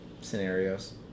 scenarios